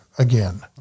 Again